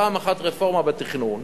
פעם אחת רפורמה בתכנון,